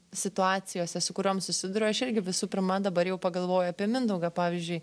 situacijose su kuriom susiduriu aš irgi visų pirma dabar jau pagalvoju apie mindaugą pavyzdžiui